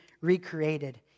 recreated